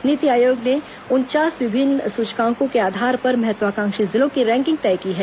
नीति आयोग ने उनचास विभिन्न सुचकांकों के आधार पर महत्वाकांक्षी जिलों की रैंकिंग तय की है